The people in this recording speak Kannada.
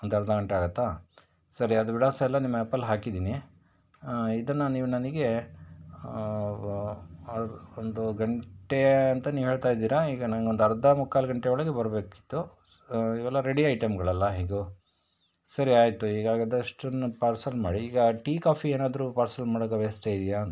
ಒಂದು ಅರ್ಧ ಗಂಟೆ ಆಗುತ್ತಾ ಸರಿ ಅದು ವಿಳಾಸ ಎಲ್ಲ ನಿಮ್ಮ ಆ್ಯಪಲ್ಲಿ ಹಾಕಿದ್ದೀನಿ ಇದನ್ನು ನೀವು ನನಗೆ ಒಂದು ಗಂಟೆ ಅಂತ ನೀವು ಹೇಳ್ತಾ ಇದ್ದೀರ ಈಗ ನಂಗೊಂದು ಅರ್ಧ ಮುಕ್ಕಾಲು ಗಂಟೆ ಒಳಗೆ ಬರಬೇಕಿತ್ತು ಇವೆಲ್ಲ ರೆಡಿ ಐಟಮ್ಗಳಲ್ಲ ಹೇಗೂ ಸರಿ ಆಯಿತು ಈಗ ಅದಷ್ಟನ್ನು ಪಾರ್ಸೆಲ್ ಮಾಡಿ ಈಗ ಟೀ ಕಾಫಿ ಏನಾದರೂ ಪಾರ್ಸೆಲ್ ಮಾಡೋಂಥ ವ್ಯವಸ್ಥೆ ಇದೆಯಾ